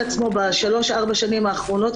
את זה על עצמם בשלוש ארבע השנים האחרונות,